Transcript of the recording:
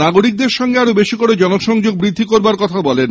নাগরিকদের সঙ্গে আরও বেশি করে জনসংযোগ বৃদ্ধি করার কথা বলেন